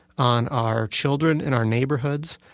on our children, in our neighborhoods.